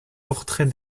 portrait